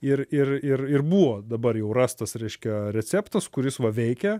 ir ir ir ir buvo dabar jau rastas reiškia receptas kuris va veikia